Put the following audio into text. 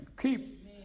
Keep